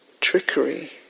trickery